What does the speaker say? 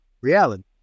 reality